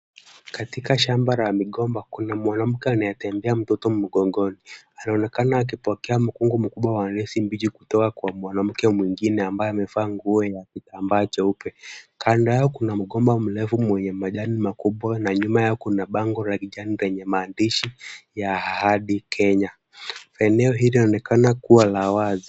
Katika shamba la migomba kuna mwanamke anayetembea mtoto mgongoni, anaonekana akipokea mkungu mkubwa wa nesi mbiji kutoka kwa mwanamke mwingine ambaye amefaa nguo ya kitambaa cheupe, kanda yao kuna mgomba mlevu mwenye majani makubwa na nyuma yao kuna bango la kijani renye maandishi ya ahadi Kenya. Eneo hili linaonekana kuwa la wazi.